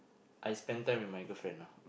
I spent time with my girlfriend ah